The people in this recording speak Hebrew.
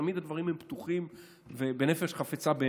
תמיד הדברים פתוחים לדיון ובנפש חפצה.